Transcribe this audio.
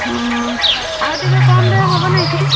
ହଁ ଆଉ ଟିକେ କମ୍ରେ ହେବ ନାହିଁ କି